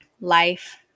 life